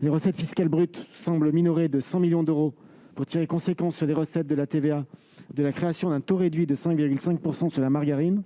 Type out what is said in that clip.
Les recettes fiscales brutes semblent minorées de 100 millions d'euros pour tirer la conséquence sur les recettes de la TVA de la création d'un taux réduit de 5,5 % appliqué à la margarine.